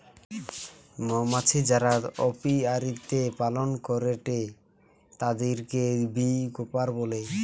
মৌমাছি যারা অপিয়ারীতে পালন করেটে তাদিরকে বী কিপার বলে